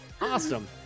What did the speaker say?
awesome